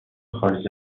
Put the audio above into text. خارج